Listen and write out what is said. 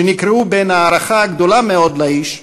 שנקרעו בין הערכה גדולה מאוד לאיש,